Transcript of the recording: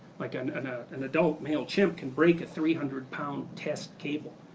like an and and adult male chimp can break a three hundred pound test cable.